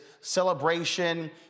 celebration